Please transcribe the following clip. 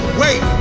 wait